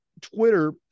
Twitter